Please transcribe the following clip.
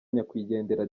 nyakwigendera